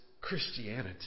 Christianity